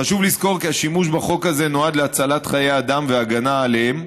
חשוב לזכור כי השימוש בחוק הזה נועד להצלת חיי אדם והגנה עליהם,